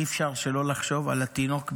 אי-אפשר שלא לחשוב על התינוק ביבס.